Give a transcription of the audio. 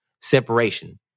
separation